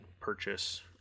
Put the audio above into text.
purchase